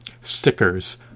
stickers